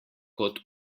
kot